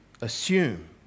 assume